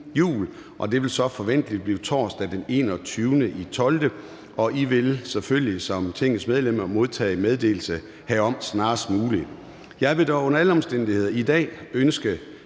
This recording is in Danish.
og det vil så forventelig blive torsdag den 21. december 2023. Som Tingets medlemmer vil I selvfølgelig modtage meddelelse herom snarest muligt. Jeg vil dog under alle omstændigheder i dag ønske